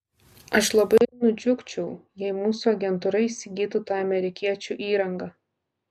aš labai nudžiugčiau jei mūsų agentūra įsigytų tą amerikiečių įrangą